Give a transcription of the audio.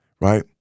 right